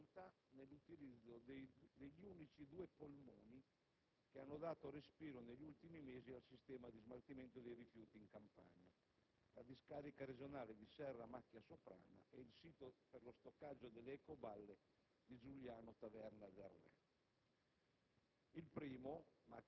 Il primo è una crescente difficoltà nell'utilizzo degli unici due polmoni che hanno dato respiro negli ultimi mesi al sistema di smaltimento dei rifiuti in Campania, cioè la discarica regionale di Serre-Macchia Soprana e il sito per lo stoccaggio delle ecoballe di Giugliano-Taverna del